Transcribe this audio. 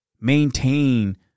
Maintain